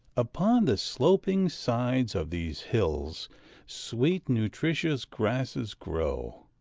upon the sloping sides of these hills sweet, nutritious grasses grow,